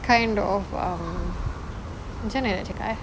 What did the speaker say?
kind of um macam mana nak cakap eh